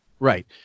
Right